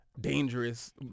Dangerous